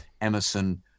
Emerson